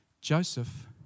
Joseph